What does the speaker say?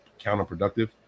counterproductive